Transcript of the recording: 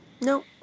No